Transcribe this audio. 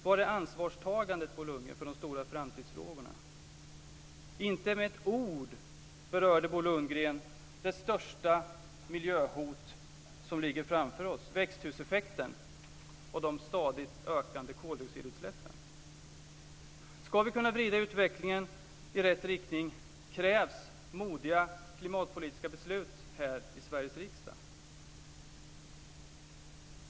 Var är ansvarstagandet, Bo Lundgren, för de stora framtidsfrågorna? Inte med ett ord berörde Bo Lundgren det största miljöhot som ligger framför oss, nämligen växthuseffekten och de stadigt ökande koldioxidutsläppen. Om vi ska vrida utvecklingen i rätt riktning krävs modiga klimatpolitiska beslut i Sveriges riksdag.